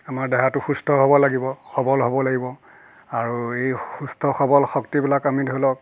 আমাৰ দেহাটো সুস্থ হ'ব লাগিব সবল হ'ব লাগিব আৰু এই সুস্থ সবল শক্তিবিলাক আমি ধৰি লওক